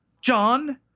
John